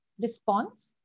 response